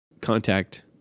Contact